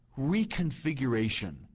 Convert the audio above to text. reconfiguration